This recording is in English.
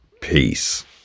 Peace